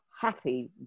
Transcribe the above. happy